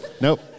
Nope